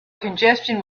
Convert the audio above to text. congestion